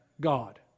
God